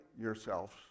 yourselves